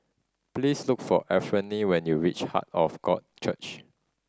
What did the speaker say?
please look for Anfernee when you reach Heart of God Church